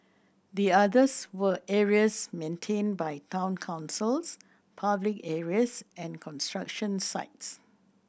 the others were areas maintained by town councils public areas and construction sites